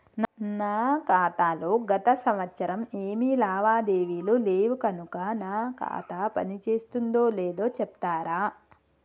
నా ఖాతా లో గత సంవత్సరం ఏమి లావాదేవీలు లేవు కనుక నా ఖాతా పని చేస్తుందో లేదో చెప్తరా?